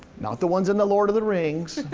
not the ones in the lord of the rings,